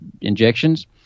injections